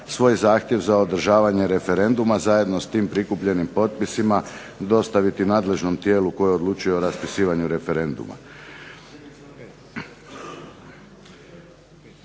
svoj zahtjev za održavanje referenduma, zajedno s tim prikupljenim potpisima dostaviti nadležnom tijelu koje odlučuje o raspisivanju referenduma.